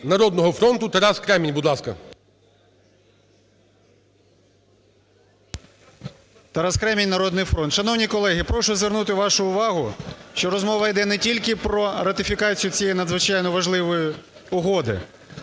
"Народного фронту" Тарас Кремінь, будь ласка. 17:33:24 КРЕМІНЬ Т.Д. Тарас Кремінь, "Народний фронт". Шановні колеги, прошу звернути вашу увагу, що розмова йде не тільки про ратифікацію цієї надзвичайно важливої угоди.